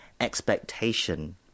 expectation